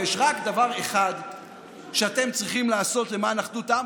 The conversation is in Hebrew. ויש רק דבר אחד שאתם צריכים לעשות למען אחדות העם.